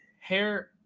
hair